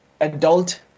adult